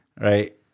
Right